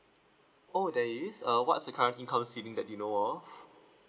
oh there is uh what's the current income ceiling that you know of